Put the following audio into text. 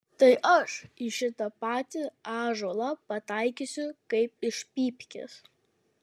tai aš į šitą patį ąžuolą pataikysiu kaip iš pypkės